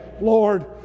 Lord